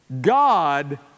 God